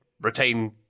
retain